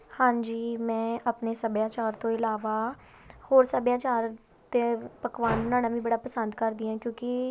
ਹਾਂਜੀ ਮੈਂ ਆਪਣੇ ਸੱਭਿਆਚਾਰ ਤੋਂ ਇਲਾਵਾ ਹੋਰ ਸੱਭਿਆਚਾਰ ਅਤੇ ਪਕਵਾਨਾਂ ਨੂੰ ਵੀ ਬੜਾ ਪਸੰਦ ਕਰਦੀ ਹਾਂ ਕਿਉਂਕਿ